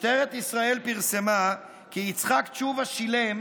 משטרת ישראל פרסמה כי יצחק תשובה שילם